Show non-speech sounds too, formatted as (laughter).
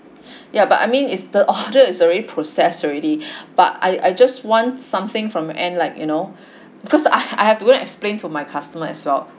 (breath) yeah but I mean it's the order is already processed already (breath) but I I just want something from end like you know (breath) because I I have to go to explain to my customer as well